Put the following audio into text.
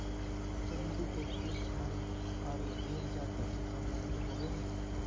चमेली के फूल झाड़ी आरो बेल जाति से संबंधित होबो हइ